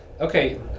okay